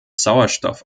sauerstoff